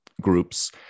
groups